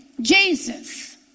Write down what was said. Jesus